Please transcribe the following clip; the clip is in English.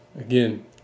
Again